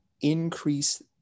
increase